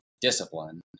discipline